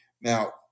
Now